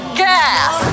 gas